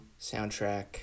soundtrack